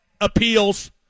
appeals